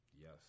Yes